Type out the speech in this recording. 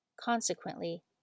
Consequently